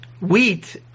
wheat